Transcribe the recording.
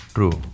True